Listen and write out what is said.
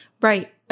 Right